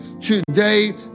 today